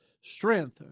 strength